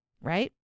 right